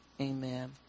Amen